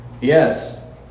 Yes